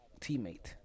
teammate